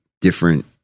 different